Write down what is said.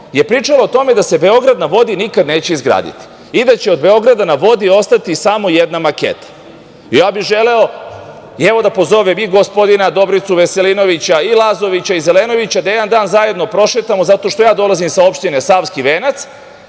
je pričala o tome da se „Beograd na vodi nikada neće izgraditi“ i da će od „Beograda na vodi“ ostati samo jedna maketa. Ja bih želeo, evo da pozovem i gospodina Dobricu Veselinovića i Lazovića i Zelenovića, da jedan dan zajedno prošetamo, zato što ja dolazim sa opštine Savski Venac,